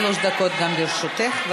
שלוש דקות גם לרשותך.